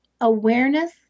awareness